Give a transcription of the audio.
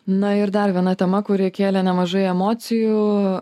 na ir dar viena tema kuri kėlė nemažai emocijų